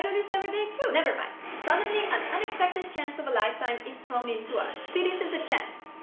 and this everyday too. never mind! suddenly an unexpected chance of a lifetime is thrown into us. see this is the chance.